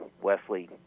Wesley